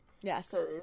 yes